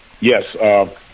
Yes